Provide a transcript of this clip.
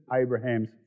Abraham's